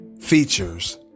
Features